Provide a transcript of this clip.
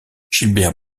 gilbert